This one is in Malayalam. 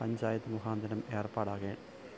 പഞ്ചായത്ത് മുഖാന്തരം ഏർപ്പാടാകെ